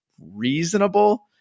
reasonable